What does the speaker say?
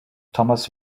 thomas